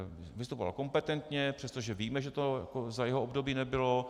Vystupoval kompetentně, přestože víme, že to za jeho období nebylo.